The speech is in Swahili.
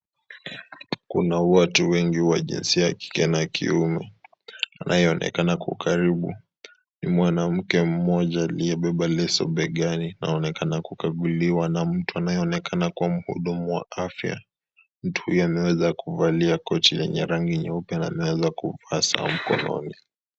Kuna watu wengi wa jinsia ya kike na kiume. Anayeonekana kwa ukaribu ni mwanamke mmoja aliyebeba lezo begani na anaonekana kukaguliwa na mtu anayeonekana kuwa mhudumu wa afya. Mtu huyu ameweza kuvalia koti lenye rangi nyeupe na ameweza kuvaa saa mkononi.